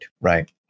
right